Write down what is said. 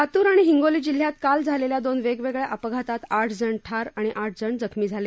लातूर आणि हिंगोली जिल्ह्यात काल झालेल्या दोन वेगवेगळ्या अपघातात आठ जण ठार आणि आठ जण जखमी झाले